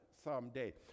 someday